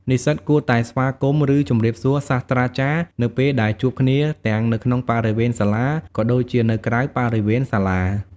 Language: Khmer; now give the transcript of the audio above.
និស្សិតគួរតែ ស្វាគមន៍ ឬជម្រាបសួរ សាស្រ្តាចារ្យនៅពេលដែលជួបគ្នាទាំងនៅក្នុងបរិវេណសាលា ក៏ដូចជានៅក្រៅបរិវេណសាលា។